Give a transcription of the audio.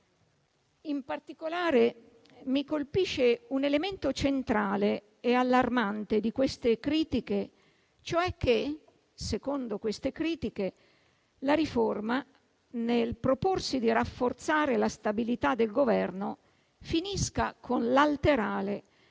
In particolare, mi colpisce un elemento centrale e allarmante di queste critiche, cioè che, secondo queste critiche, la riforma, nel proporsi di rafforzare la stabilità del Governo, finisca con l'alterare